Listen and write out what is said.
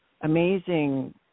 amazing